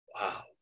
Wow